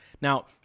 Now